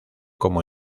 como